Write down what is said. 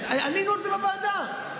ענינו על זה בוועדה.